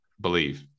believe